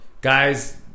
Guys